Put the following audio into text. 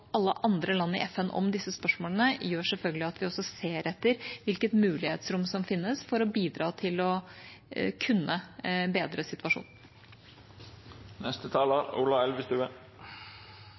alle andre land i FN om disse spørsmålene, gjør selvfølgelig at vi også ser etter hvilket mulighetsrom som fins for å bidra til å kunne bedre situasjonen.